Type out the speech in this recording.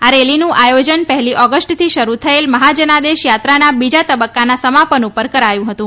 આ રેલીનું આથોજન પહેલી ઓગષ્ટથી શરૂ થયેલ મહાજનાદેશ થાત્રાના બીજા તબક્કાના સમાપન પર કરાયું હતું